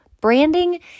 Branding